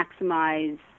maximize